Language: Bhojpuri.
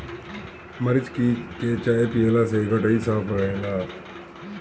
मरीच के चाय पियला से गटई साफ़ रहेला